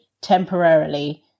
temporarily